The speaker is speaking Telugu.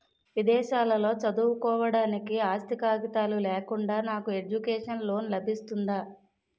విదేశాలలో చదువుకోవడానికి ఆస్తి కాగితాలు లేకుండా నాకు ఎడ్యుకేషన్ లోన్ లబిస్తుందా?